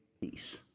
peace